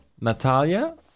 Natalia